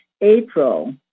April